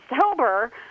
sober